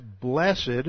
Blessed